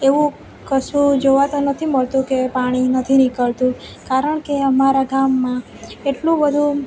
એવું કશું જોવા તો નથી મળતું કે પાણી નથી નીકળતું કારણ કે અમારા ગામમાં એટલું બધું